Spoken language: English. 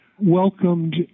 welcomed